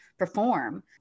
perform